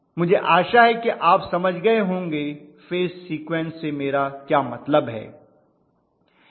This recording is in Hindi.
मुझे आशा है कि आप समझ गए होंगे फेज सीक्वेंस से मेरा क्या मतलब है